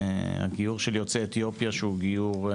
הגיור של יוצאי אתיופיה שהוא גיור,